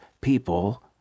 people